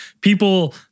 people